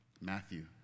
Matthew